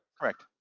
correct